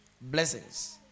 blessings